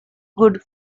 good